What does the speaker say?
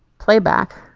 playback,